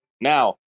Now